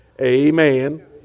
Amen